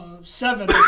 Seven